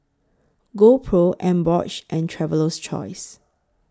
GoPro Emborg and Traveler's Choice